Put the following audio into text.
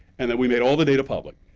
and then we made all the data public.